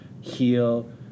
heal